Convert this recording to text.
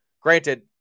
granted